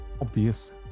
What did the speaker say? obvious